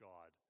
God